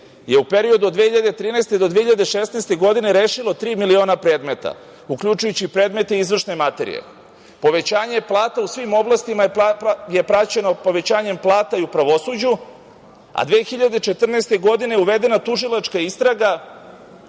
je u periodu od 2013. do 2016. godine rešilo tri miliona predmeta, uključujući i predmete izvršne materije, povećanje plata u svim oblastima je praćeno povećanjem plata i u pravosuđu, a 2014. godine je uvedena tužilačka istraga